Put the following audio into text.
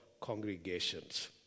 congregations